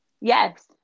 Yes